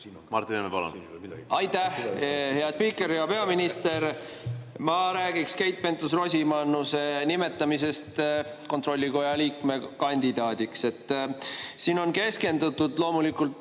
Martin Helme, palun! Aitäh, hea spiiker! Hea peaminister! Ma räägiks Keit Pentus-Rosimannuse nimetamisest kontrollikoja liikme kandidaadiks. Siin on keskendutud loomulikult